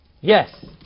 Yes